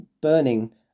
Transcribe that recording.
burning